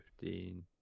fifteen